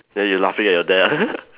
then you laughing at your dad